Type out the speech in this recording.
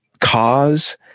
cause